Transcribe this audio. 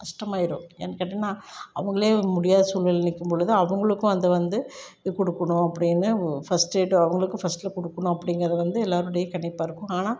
கஷ்டமாகிரும் ஏன்னு கேட்டீங்கன்னா அவங்களே முடியாத சூழ்நிலையில் நிற்கும் பொழுது அவங்களுக்கும் அது வந்து இது கொடுக்கணும் அப்படின்னு ஃபர்ஸ்ட் எய்ட் அவங்களுக்கும் ஃப்ஸ்ட்ல கொடுக்கணும் அப்டிங்கிறத வந்து எல்லோருடைய கணிப்பாக இருக்கும் ஆனால்